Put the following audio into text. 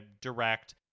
direct